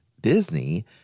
Disney